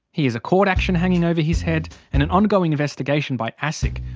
he has a court action hanging over his head, and an ongoing investigation by asic,